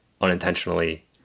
unintentionally